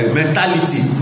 mentality